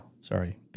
Sorry